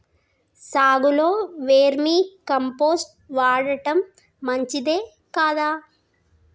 సాగులో vermicompost వాడటం మంచిదే కదా?